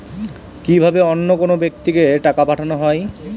কি ভাবে অন্য কোনো ব্যাক্তিকে টাকা পাঠানো হয়?